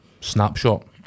snapshot